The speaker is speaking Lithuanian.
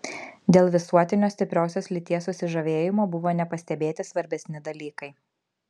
dėl visuotinio stipriosios lyties susižavėjimo buvo nepastebėti svarbesni dalykai